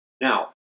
Now